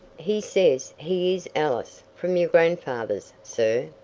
he says he is ellis, from your grandfather's, sir!